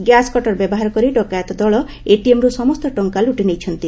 gas cutter ବ୍ୟବହାର କରି ଡକାୟତ ଦଳ ଏଟିଏମ୍ରୁ ସମସ୍ତ ଟଙ୍କା ଲୁଟି ନେଇଛନ୍ତି